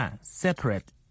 Separate